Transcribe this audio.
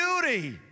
beauty